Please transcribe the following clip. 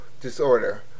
disorder